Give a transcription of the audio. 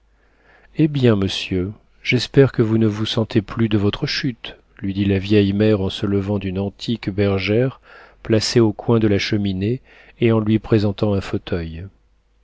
eh bien monsieur j'espère que vous ne vous sentez plus de votre chute lui dit la vieille mère en se levant d'une antique bergère placée au coin de la cheminée et en lui présentant un fauteuil